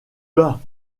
bas